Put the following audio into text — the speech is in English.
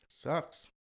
Sucks